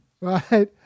right